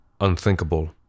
unthinkable